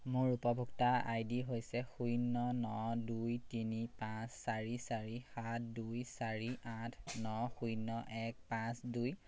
মোৰ উপভোক্তা I D হৈছে শূন্য ন দুই তিনি পাঁচ চাৰি চাৰি সাত দুই চাৰি আঠ ন শূন্য এক পাঁচ দুই